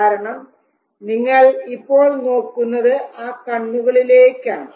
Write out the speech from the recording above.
കാരണം നിങ്ങൾ ഇപ്പോൾ നോക്കുന്നത് ആ കണ്ണുകളിലേക്കാണ്